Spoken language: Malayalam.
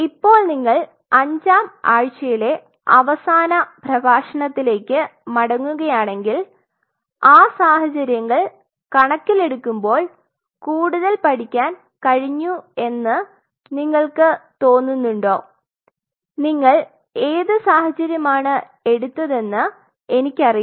ഇപ്പോൾ നിങ്ങൾ അഞ്ചാം ആഴ്ചയിലെ അവസാന പ്രഭാഷണത്തിലേക്ക് മടങ്ങുകയാണെങ്കിൽ ആ സാഹചര്യങ്ങൾ കണക്കിലെടുക്കുമ്പോൾ കൂടുതൽ പഠിക്കാൻ കഴിഞ്ഞു എന്ന് നിങ്ങൾക്ക് തോന്നുന്നുണ്ടോ നിങ്ങൾ ഏത് സാഹചര്യമാണ് എടുത്തതെന്ന് എന്ന് എനിക്കറിയില്ല